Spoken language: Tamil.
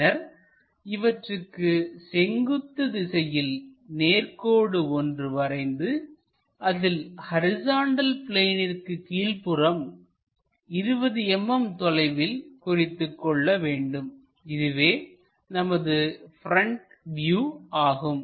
பின்னர் இவற்றுக்கு செங்குத்து திசையில் நேர்கோடு ஒன்று வரைந்து அதில் ஹரிசாண்டல் பிளேனிற்கு கீழ்ப்புறம் 20 mm தொலைவில் குறித்துக்கொள்ள வேண்டும் இதுவே நமது ப்ரெண்ட் வியூ ஆகும்